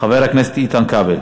חבר הכנסת איתן כבל.